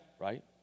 right